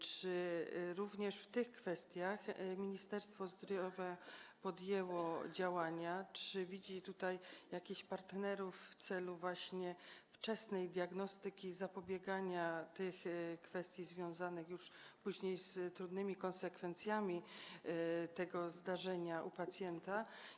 Czy również w tych kwestiach Ministerstwo Zdrowia podjęło działania, czy widzi tutaj jakichś partnerów, jeżeli chodzi o wczesną diagnostykę, zapobieganie tym kwestiom związanym już później z trudnymi konsekwencjami tego zdarzenia u pacjenta?